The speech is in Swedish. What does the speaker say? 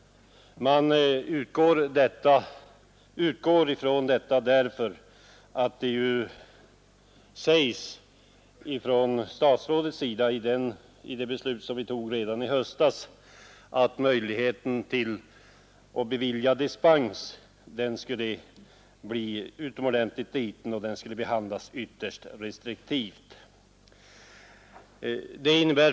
Man utgår från detta därför att statsrådet redan i samband med det beslut som vi fattade i höstas uttalade att ansökningar om dispens skulle behandlas ytterst restriktivt.